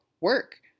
work